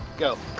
go.